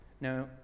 Now